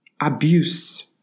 abuse